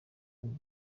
uwo